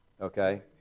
Okay